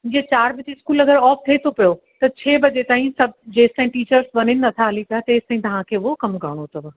जीअं चारि बजे स्कूल अगरि ऑफ़ थिए थो पियो त छहें बजे ताईं सभु जेसिताईं टीचर्स वञनि नथा हली त तेसिताईं तव्हांखे उहो कमु करिणो अथव